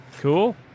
Cool